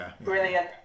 Brilliant